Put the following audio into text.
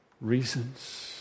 reasons